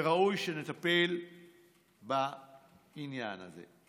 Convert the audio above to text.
וראוי שנטפל בעניין הזה.